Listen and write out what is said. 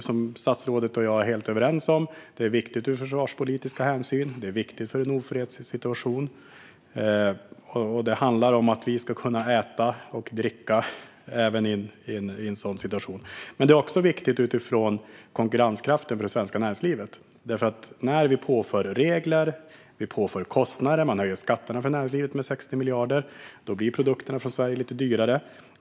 Som statsrådet och jag är helt överens om är det viktigt av försvarspolitiska hänsyn och vid en ofredssituation. Vi ska kunna äta och dricka även i en sådan situation. Men det är också viktigt utifrån konkurrenskraften för det svenska näringslivet. När vi påför regler och kostnader, till exempel höjs skatterna för näringslivet med 60 miljarder, blir produkterna från Sverige lite dyrare.